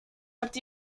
habt